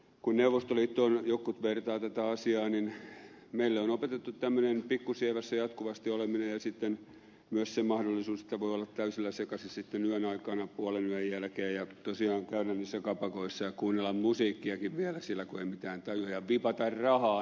kun neuvostoliittoon jotkut vertaavat tätä asiaa niin meille on opetettu tämmöinen pikkusievässä jatkuvasti oleminen ja sitten myös se mahdollisuus että voi olla täysillä sekaisin sitten yön aikana puolen yön jälkeen ja tosiaan käydä niissä kapakoissa ja kuunnella musiikkiakin vielä siellä kun ei mitään tajua ja vipata rahaa niin kuin itsensä kipeeksi